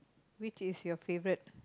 which is your favourite